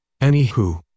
Anywho